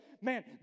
man